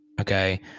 Okay